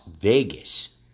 Vegas